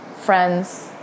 friend's